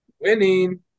Winning